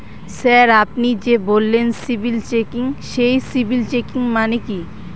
Sir আপনি যে বললেন সিবিল চেকিং সেই সিবিল চেকিং মানে কি?